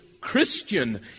Christian